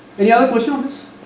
any other question